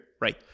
Right